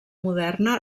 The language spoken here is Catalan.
moderna